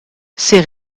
c’est